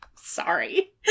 sorry